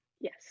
Yes